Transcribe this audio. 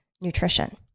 nutrition